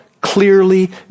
clearly